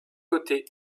côté